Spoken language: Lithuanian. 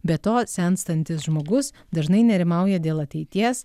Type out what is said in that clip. be to senstantis žmogus dažnai nerimauja dėl ateities